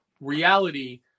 reality